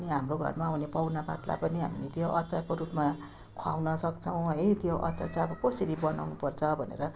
अनि हाम्रो घरमा आउने पाहुनापातलाई पनि हामीले त्यो अचारको रूपमा खुवाउन सक्छौँ है त्यो अचार चाहिँ अब कसरी बनाउनु पर्छ भनेर